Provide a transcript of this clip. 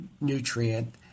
nutrient